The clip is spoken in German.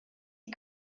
die